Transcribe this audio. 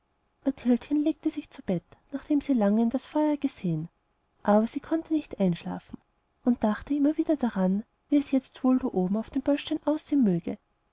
mathildchen legte sich zu bett nachdem sie lange in das feuer gesehen aber sie konnte nicht einschlafen und dachte immer wieder daran wie es jetzt wohl da oben auf dem böllstein aussehen möge